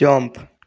jump